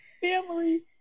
Family